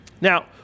Now